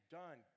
done